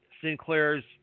Sinclair's